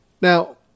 Now